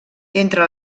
entre